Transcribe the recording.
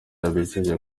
yabijeje